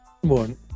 One